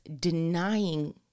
denying